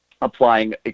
applying